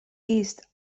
east